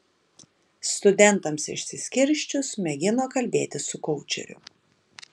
studentams išsiskirsčius mėgino kalbėtis su koučeriu